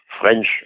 French